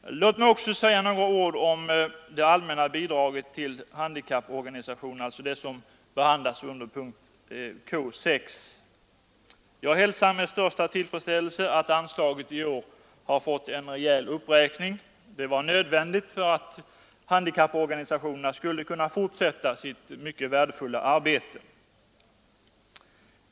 Låt mig också säga några ord om det allmänna bidraget till handikapporganisationerna, dvs. det som behandlas under punkten K 6. Jag hälsar med största tillfredsställelse att anslaget i år har fått en rejäl uppräkning. Det var nödvändigt för att handikapporganisationerna skulle kunna fortsätta sitt mycket värdefulla arbete.